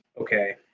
okay